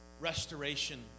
restoration